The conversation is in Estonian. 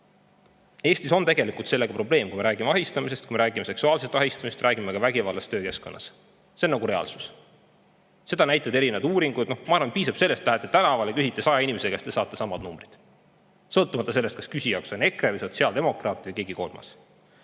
Eestis on tegelikult sellega probleem, kui me räägime ahistamisest, kui me räägime seksuaalset ahistamist, räägime vägivallast töökeskkonnas. See on reaalsus. Seda näitavad erinevad uuringud. Ma arvan, et piisab sellest, kui lähete tänavale ja küsite 100 inimese käest, te saate samad numbrid, sõltumata sellest, kas küsijaks on EKRE [liige] või sotsiaaldemokraat või keegi kolmas.